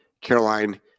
Caroline